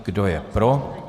Kdo je pro?